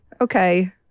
Okay